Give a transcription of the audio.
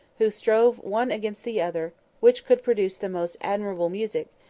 who strove one against the other which could produce the most admirable music,